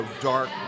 dark